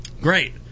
Great